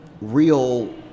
real